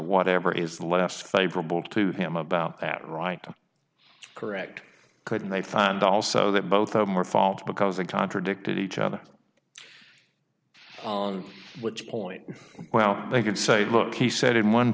whatever is the less favorable to him about that right to correct couldn't they find also that both are more fault because they contradicted each other on which point well they can say look he said in one